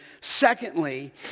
secondly